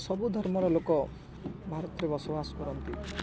ସବୁ ଧର୍ମର ଲୋକ ଭାରତରେ ବସବାସ କରନ୍ତି